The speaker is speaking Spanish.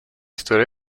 historia